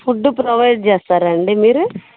food provide చేస్తారా అండి మీరు